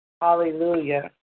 Hallelujah